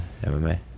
MMA